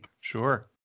Sure